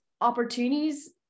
opportunities